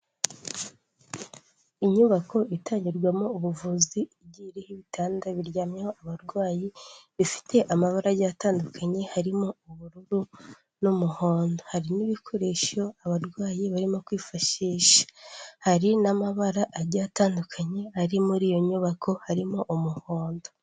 Inyubako itangirwamo ubuvuzi igiye riho ibitanda biryamyeho abarwayi bifite amabarage atandukanye harimo ubururu n'umuhondo, hari n'ibikoresho abarwayi barimo kwishi hari n'amabara agiye atandukanye ari muri iyo nyubako harimo umuhondo.